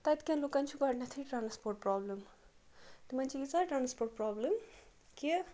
تَتہِ کٮ۪ن لُکَن چھِ گۄڈٕنٮ۪تھٕے ٹرٛانَسپوٹ پرٛابلِم تِمَن چھِ ییٖژاہ ٹرٛانَسپوٹ پرٛابلِم کہِ